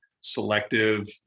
selective